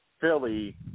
Philly